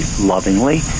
lovingly